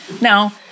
Now